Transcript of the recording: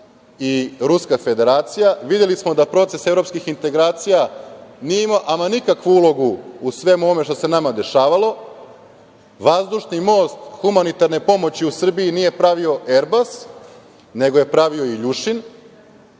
i Rusku Federaciju. Videli smo da proces evropskih integracija nije imao ama nikakvu ulogu u svemu ovome što se nama dešavalo. Vazdušni most humanitarne pomoći u Srbiji nije pravio Erbas, nego je pravio Iljušin,